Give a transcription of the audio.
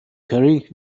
curry